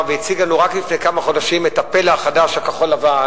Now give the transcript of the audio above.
והציג לנו רק לפני כמה חודשים את הפלא החדש הכחול-לבן,